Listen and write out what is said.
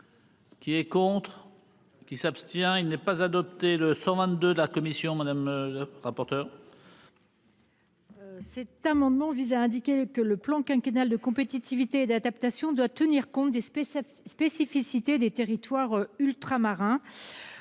Qui est contre. Qui s'abstient. Il n'est pas adopté le 122 la commission madame le rapporteur. Cet amendement vise à indiquer que le plan quinquennal de compétitivité et d'adaptation doit tenir compte des. Spécificité des territoires ultramarins.